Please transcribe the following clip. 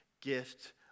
gift